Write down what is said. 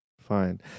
Fine